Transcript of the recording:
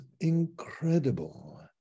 incredible